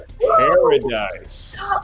Paradise